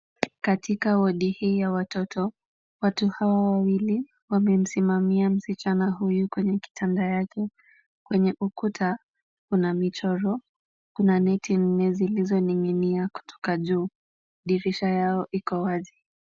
Katika wodi hii ya watoto, watu hawa wawili wamemsimimia msichana huyu kwenye kitanda yake. Kwenye ukuta kuna michoro. Kuna neti nne zilizoning'inia kutoka juu. Dirisha yao iko wazi.